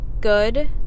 good